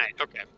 Okay